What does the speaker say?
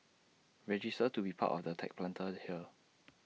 register to be part of the tech Planter here